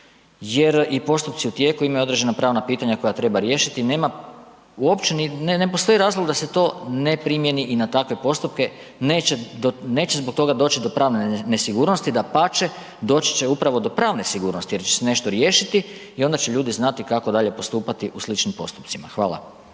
jer i postupci u tijeku imaju određena pravna pitanja koja treba riješiti, uopće ne postoji razlog da se to ne primjeni i na takve postupke. Neće zbog toga doći do pravne nesigurnosti, dapače, doći će upravo do pravne sigurnosti jer će se nešto riješiti i onda će ljudi znati kako dalje postupati u sličnim postupcima, hvala.